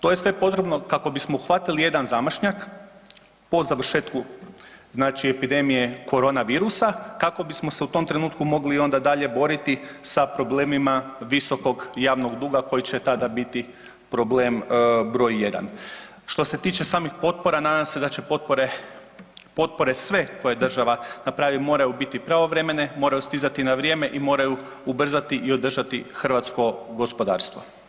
To je sve potrebno kako bismo uhvatili jedan zamašnjak po završetku znači epidemije korona virusa kako bismo se u tom trenutku mogli onda dalje boriti sa problemima visokog javnog duga koji će tada biti problem br. 1. Što se tiče samih potpora nadam se da će potpore, potpore sve koje država napravi moraju biti pravovremene, moraju stizati na vrijeme i moraju ubrzati i održati hrvatsko gospodarstvo.